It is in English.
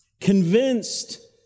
convinced